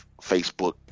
Facebook